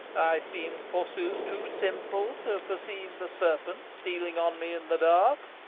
i seemed forsooth too simple to perceive the serpent stealing on me in the dark,